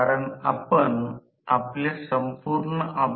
जर आता हे A आहे तर हे B आहे